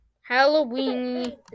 Halloween